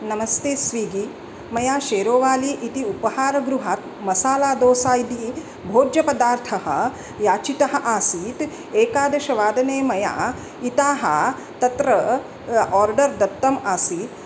नमस्ते स्विगि मया शेरोवाली इति उपाहारगृहात् मसालादोसा इति भोज्यपदार्थः याचितः आसीत् एकादशवादने मया इतः तत्र ओर्डर् दत्तम् आसीत्